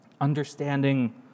understanding